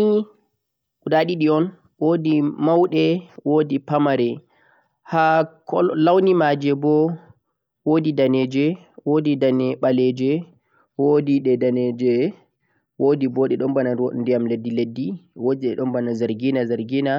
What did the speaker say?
Geraaɗe nii guda ɗiɗi on, woodi mauɗe, woodi pamare. Ha launi maje boo woodi daneje, ɓaleje, woodi launi leddi-leddi, woodi zargina.